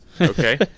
Okay